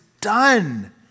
done